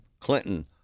Clinton